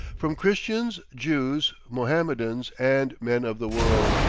from christians, jews, mahomedans, and men of the world.